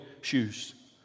shoes